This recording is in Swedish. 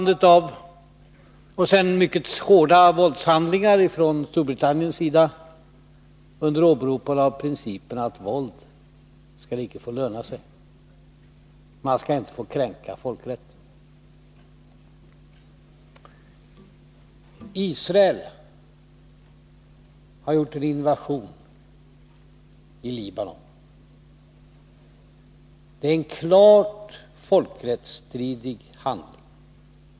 Sedan följde mycket hårda våldshandlingar från Storbritannien under åberopande av principen att våld inte skall löna sig, man skall inte få kränka folkrätten. Israel har gjort en invasion i Libanon. Det är en klart folkrättsstridig handling.